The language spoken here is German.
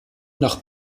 nach